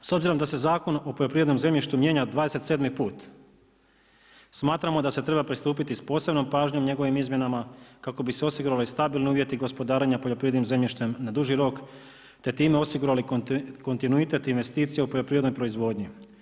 S obzirom da se Zakon o poljoprivrednom zemljištu mijenja 27. put, smatramo da se pristupiti s posebnom pažnjom njegovim izmjenama kako bi se osigurali stabilni uvjeti gospodarenja poljoprivrednim zemljištem na duži rok, te time osigurali kontinuitet investicije u poljoprivrednoj proizvodnji.